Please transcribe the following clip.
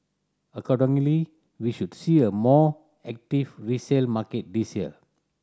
accordingly we should see a more active resale market this year